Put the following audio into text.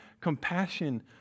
compassion